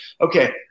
Okay